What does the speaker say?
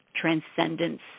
transcendence